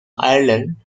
ireland